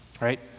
right